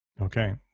okay